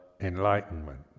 enlightenment